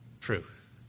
truth